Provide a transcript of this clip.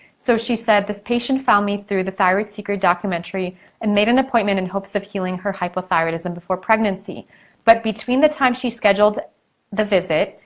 so she said this patient found me through the thyroid secret documentary and made an appointment in hopes of healing her hypothyroidism before pregnancy but between the time she scheduled the visit,